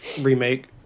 remake